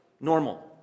normal